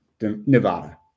Nevada